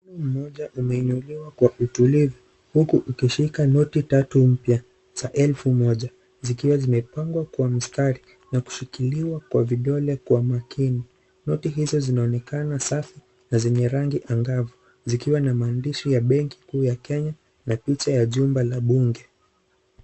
Mkono mmoja umeinuliwa kwa utulivu huku ukishika noti tatu mpya za elfu moja zikiwa zimepangwa kwa mstari na kushikiliwa kwa vidole kwa makini. Noti hizi zinaonekana safi na zenye rangi angavu zikiwa na maandishi ya benki kuu la Kenya na picha ya jumba la bunge.